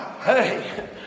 Hey